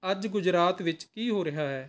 ਅੱਜ ਗੁਜਰਾਤ ਵਿੱਚ ਕੀ ਹੋ ਰਿਹਾ ਹੈ